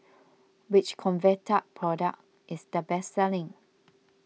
which Convatec product is the best selling